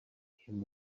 him